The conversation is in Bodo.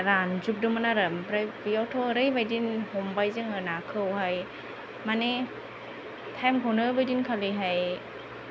दैया रानजोबदोंमोन आरो ओमफ्राय बेयावथ' ओरैबायदि हमबाय जोङो नाखौहाय माने टाइमखौनो बैदिनखालिहाय